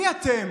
מי אתם